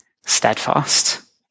steadfast